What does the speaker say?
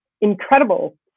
incredible